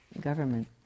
government